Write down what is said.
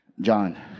John